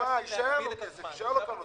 נקבעה